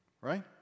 Right